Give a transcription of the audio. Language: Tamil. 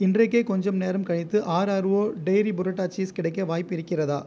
இன்றைக்கே கொஞ்சம் நேரம் கழித்து ஆர்ஆர்ஓ டெய்ரி பரோட்டா சீஸ் கிடைக்க வாய்ப்பிருக்கிறதா